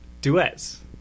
Duets